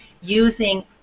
using